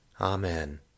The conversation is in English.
Amen